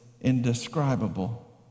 indescribable